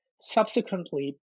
subsequently